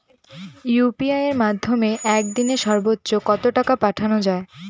UPI এর মাধ্যমে এক দিনে সর্বচ্চ কত টাকা পাঠানো যায়?